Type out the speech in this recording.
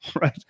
Right